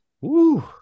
Woo